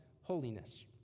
holiness